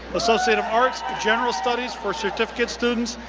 associate of arts, general studies for certificate students,